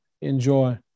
enjoy